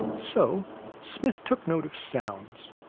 so smith took note of sounds.